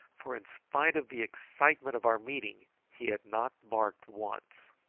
for in spite of the excitement of our meeting he had not barked once.